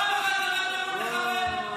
פעם אחת היית בשדה הקרב שאתה תקרא לו פחדן?